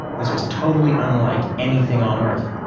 this was totally unlike anything on earth,